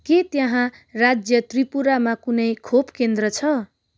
के त्यहाँ राज्य त्रिपुरामा कुनै खोप केन्द्र छ